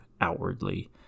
outwardly